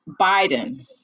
Biden